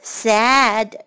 sad